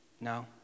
no